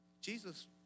Jesus